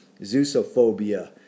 Zeusophobia